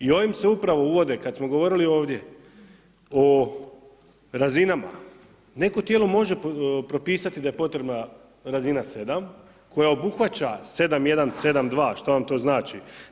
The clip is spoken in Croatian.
I ovim se upravo uvode, kad smo govorili ovdje o razinama, neko tijelo može propisati da je potrebna razina 7. koja obuhvaća 7.1, 7.2. što vam to znači?